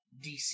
DC